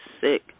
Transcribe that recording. sick